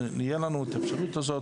תהיה לנו את האפשרות הזאת,